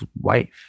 wife